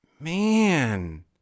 man